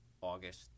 August